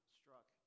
struck